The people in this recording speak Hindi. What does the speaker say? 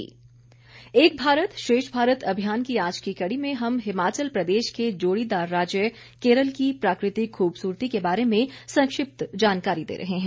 एक भारत श्रेष्ठ भारत एक भारत श्रेष्ठ भारत अभियान की आज की कड़ी में हम हिमाचल प्रदेश के जोड़ीदार राज्य केरल की प्राकृतिक खूबसूरती के बारे में संक्षिप्त जानकारी दे रहे हैं